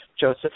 Joseph